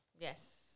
Yes